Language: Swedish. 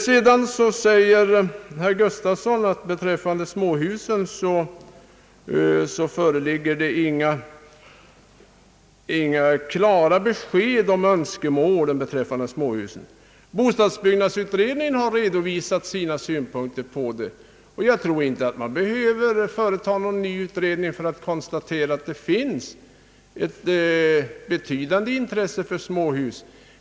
Sedan säger herr Nils-Eric Gustafsson att det inte föreligger några klara besked om önskemålen beträffande småhusen, Bostadsbyggnadsutredningen har redovisat sina synpunkter på detta, och jag tror inte att man behöver företa någon ny utredning för att konstatera att det finns ett betydande intresse för småhus.